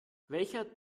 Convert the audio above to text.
welcher